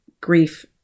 grief